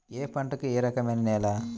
ఏ పంటకు ఏ రకమైన నేల?